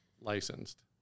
licensed